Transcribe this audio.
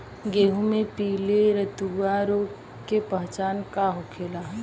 गेहूँ में पिले रतुआ रोग के पहचान का होखेला?